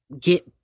get